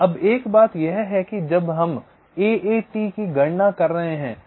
अब एक बात यह है कि जब हम एएटी की गणना कर रहे हैं